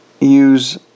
use